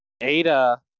Ada